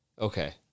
Okay